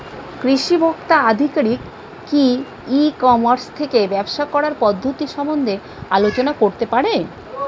কৃষি ভোক্তা আধিকারিক কি ই কর্মাস থেকে ব্যবসা করার পদ্ধতি সম্বন্ধে আলোচনা করতে পারে?